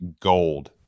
gold